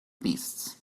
beasts